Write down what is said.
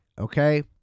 okay